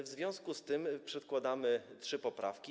W związku z tym przedkładamy trzy poprawki.